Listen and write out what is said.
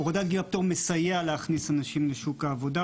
הורדת גיל הפטור מסייעת להכניס אנשים לשוק העבודה,